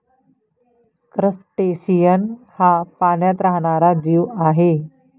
crustacean हा पाण्यात राहणारा जीव आहे